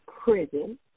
prison